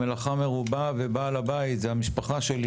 המלאכה רובה ובעל הבית זה המשפחה שלי,